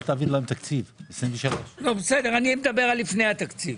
אל תעביר להם תקציב 2023. אני מדבר על לפני התקציב.